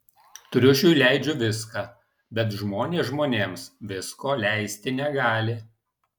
triušiui leidžiu viską bet žmonės žmonėms visko leisti negali